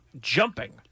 jumping